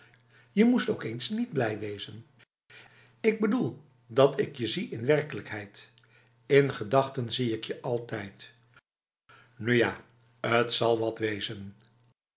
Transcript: je moest ook eens niet blij wezenf ik bedoel dat ik je zie in werkelijkheid in gedachten zie ik je altijd nu ja t zal wat wezen